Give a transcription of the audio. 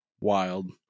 wild